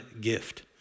gift